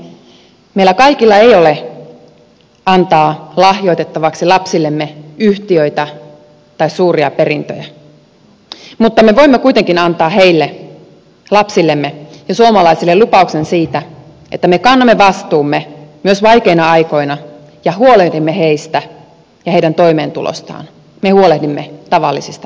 meillä kaikilla ei ole antaa lahjoitettavaksi lapsillemme yhtiöitä tai suuria perintöjä mutta me voimme kuitenkin antaa heille lapsillemme ja suomalaisille lupauksen siitä että me kannamme vastuumme myös vaikeina aikoina ja huolehdimme heistä ja heidän toimeentulostaan me huolehdimme tavallisista ihmisistä